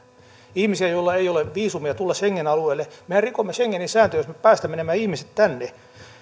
ihmisiä joilla ei ole viisumia tulla schengen alueelle mehän rikomme schengenin sääntöjä jos me päästämme nämä ihmiset tänne